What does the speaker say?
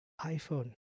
iPhone